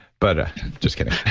but just kidding.